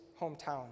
hometown